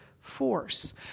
force